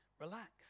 Relax